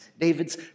David's